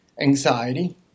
anxiety